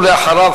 ואחריו,